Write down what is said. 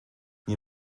nie